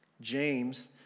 James